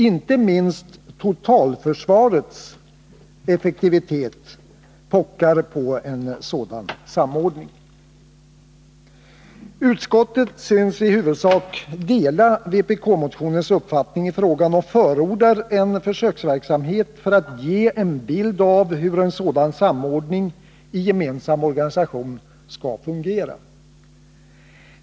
Inte minst totalförsvarets effektivitet pockar på en sådan samordning. Utskottet synes i huvudsak dela vpk-motionens uppfattning i frågan och förordar en försöksverksamhet för att ge en bild av hur en sådan samordning i gemensam organisation skall fungera.